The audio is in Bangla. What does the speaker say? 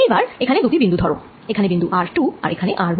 এবার এখানে দুটি বিন্দু ধর এখানে বিন্দু r2 আর এখানে r1